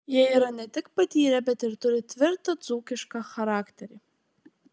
jie yra ne tik patyrę bet ir turi tvirtą dzūkišką charakterį